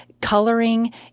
Coloring